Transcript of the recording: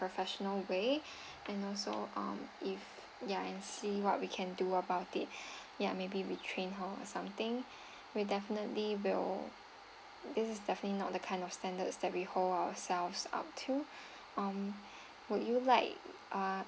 professional way and also um if ya and see what we can do about it ya maybe retrain her or something we definitely will this is definitely not the kind of standards that we hold ourselves up to um would you like uh